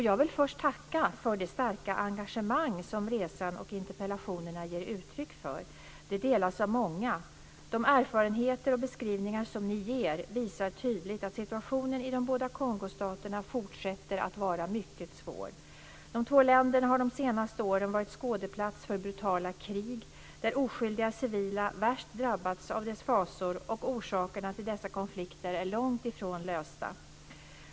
Jag vill först tacka för det starka engagemang som resan och interpellationerna ger uttryck för. Det delas av många. De erfarenheter och beskrivningar som ni ger visar tydligt att situationen i de båda Kongostaterna fortsätter att vara mycket svår. De två länderna har de senaste åren varit skådeplats för brutala krig, där oskyldiga civila värst drabbats av dess fasor, och orsakerna till dessa konflikter är långt ifrån lösta.